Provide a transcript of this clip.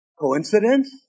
coincidence